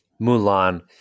Mulan